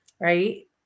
right